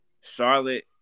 Charlotte